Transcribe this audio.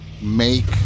make